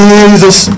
Jesus